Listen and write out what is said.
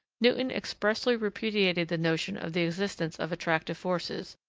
newton expressly repudiated the notion of the existence of attractive forces,